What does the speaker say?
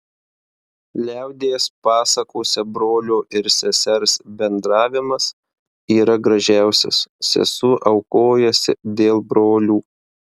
liaudies pasakose brolio ir sesers bendravimas yra gražiausias sesuo aukojasi dėl brolių